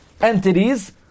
entities